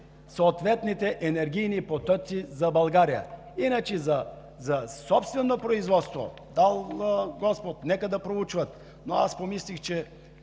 съответните енергийни потоци за България. Иначе, за собствено производство – дал Господ, нека да проучват. Но аз помислих, че